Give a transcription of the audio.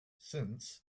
since